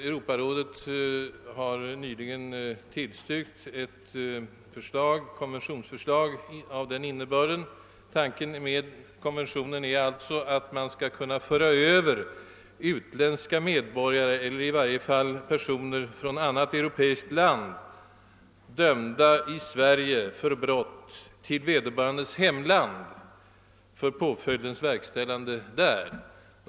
Europarådet har nämligen nyligen tillstyrkt ett konventionsförslag av den innebörden att man skall kunna föra över utländska medboragare eller i varje fall personer från annat europeiskt land, dömda för brott, till vederbörandes hemland för påföljdens verkställande.